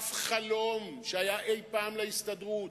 אף חלום שהיה אי-פעם להסתדרות,